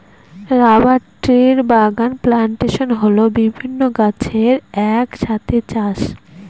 rubber ট্রির বাগান plantation হল বিভিন্ন গাছের এক সাথে চাষ